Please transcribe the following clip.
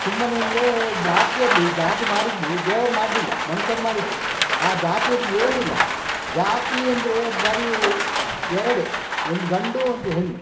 ಸುಮ್ಮನೆ ಅಂದರೆ ಜಾತಿಯಲ್ಲಿ ಜಾತಿ ಮಾಡಿದ್ದು ದೇವರು ಮಾಡಲಿಲ್ಲ ಮನುಷ್ಯರು ಮಾಡಿದ್ದು ಆ ಜಾತಿಯಲ್ಲಿ ಏನಿಲ್ಲ ಜಾತಿ ಅಂದರೆ ಬರೀ ಎರಡೇ ಒಂದು ಗಂಡು ಒಂದು ಹೆಣ್ಣು